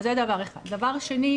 דבר שני,